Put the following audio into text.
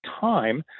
time